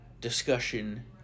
discussion